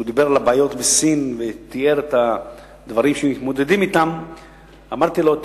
כשהוא דיבר על הבעיות בסין ותיאר את הדברים שמתמודדים אתם שם,